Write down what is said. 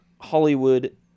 Hollywood